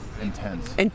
Intense